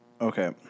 okay